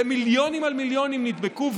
ומיליונים על מיליונים נדבקו.